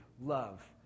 love